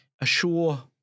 assure